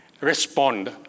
respond